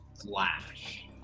flash